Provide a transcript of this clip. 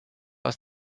aus